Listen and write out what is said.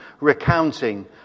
recounting